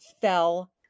fell